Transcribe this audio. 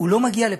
הוא לא מגיע לפה.